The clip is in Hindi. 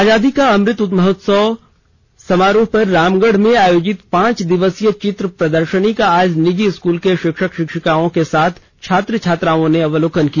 आजादी का अमृत महोत्सव समारोह पर रामगढ़ में आयोजित पांच दिवसीय चित्र प्रदर्शनी का आज निजी स्कूल के शिक्षक शिक्षिका के साथ छात्र छात्राओं ने अवलोकन किया